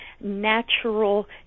natural